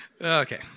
Okay